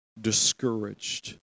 discouraged